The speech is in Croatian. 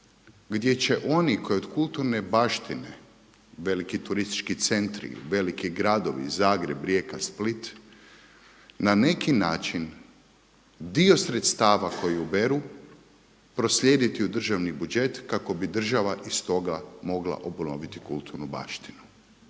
gdje će oni koji od kulturne baštine veliki turistički centri, veliki gradovi Zagreb, Rijeka, Split na neki način dio sredstava koji uberu proslijediti u državni budžet kako bi država iz toga mogla obnoviti kulturnu baštinu.